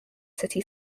city